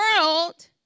world